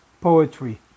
poetry